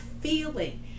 feeling